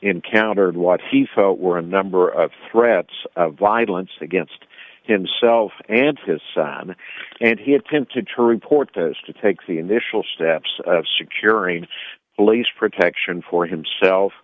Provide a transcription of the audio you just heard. encountered what he felt were a number of threats of violence against himself and his son and he attempted to report to take the initial steps of securing police protection for himself